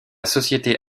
société